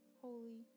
holy